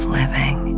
living